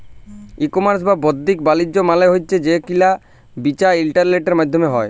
ই commerce বা বাদ্দিক বালিজ্য মালে হছে যে কিলা বিচা ইলটারলেটের মাইধ্যমে হ্যয়